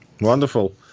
Wonderful